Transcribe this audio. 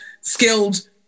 skilled